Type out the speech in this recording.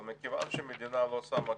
אבל מכיוון שהמדינה לא שמה כסף,